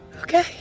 Okay